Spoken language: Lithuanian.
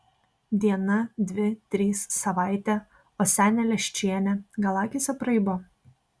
diena dvi trys savaitė o senė leščienė gal akys apraibo